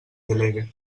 delegue